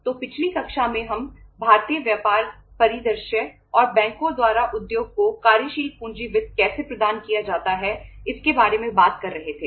तो पिछली कक्षा में हम भारतीय व्यापार परिदृश्य और बैंकों द्वारा उद्योग को कार्यशील पूंजी वित्त कैसे प्रदान किया जाता है इसके बारे में बात कर रहे थे